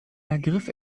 ergriff